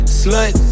slut